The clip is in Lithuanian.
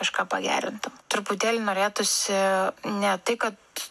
kažką pagerintum truputėlį norėtųsi ne tai kad